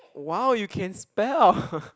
wow you can spell